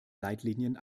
leitlinien